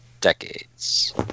decades